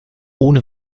ohne